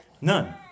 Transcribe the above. None